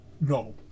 No